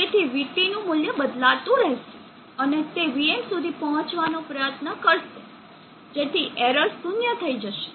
તેથી vT નું મૂલ્ય બદલાતું રહેશે અને એ vm સુધી પહોંચવાનો પ્રયત્ન કરશે જેથી એરર શૂન્ય થઈ જશે